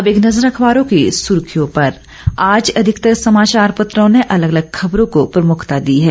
अब एक नजर अखबारों की सुर्खियों पर आज अधिकतर समाचार पत्रों ने अलग अलग खबरों को प्रमुखता दी है